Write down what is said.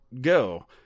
go